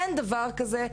אין דבר כזה,